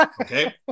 Okay